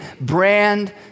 brand